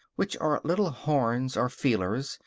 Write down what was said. which are little horns, or feelers,